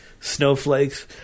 snowflakes